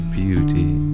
beauty